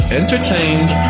entertained